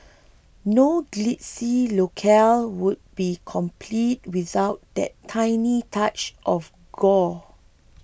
no glitzy locale would be complete without that tiny touch of gore